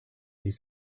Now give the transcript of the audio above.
you